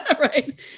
right